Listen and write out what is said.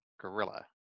gorilla